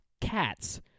cats